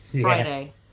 Friday